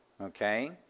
okay